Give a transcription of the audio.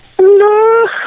no